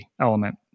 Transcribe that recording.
element